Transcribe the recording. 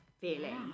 feeling